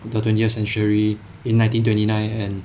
the twentieth century in nineteen twenty nine and